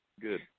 good